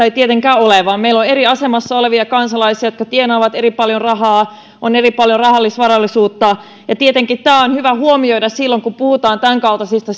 ei tietenkään ole vaan meillä on eri asemassa olevia kansalaisia jotka tienaavat eri määrän rahaa ja joilla on eri määrä rahallista varallisuutta tietenkin tämä on hyvä huomioida silloin kun puhutaan tämänkaltaisista